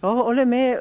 Jag håller med